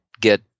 get